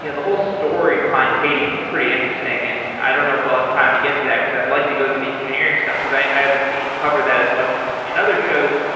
you know the whole story behind qadium is pretty interesting, and i don't know if we'll have time to get to that, because i'd like to go to the engineering stuff, because i haven't seen you cover that as much in in other shows,